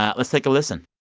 ah let's take a listen